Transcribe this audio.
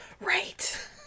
Right